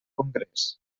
congrés